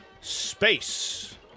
Space